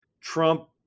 Trump